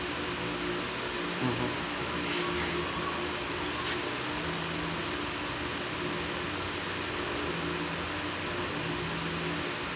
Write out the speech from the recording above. mmhmm